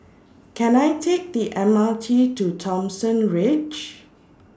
Can I Take The M R T to Thomson Ridge